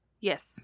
Yes